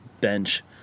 bench